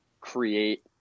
create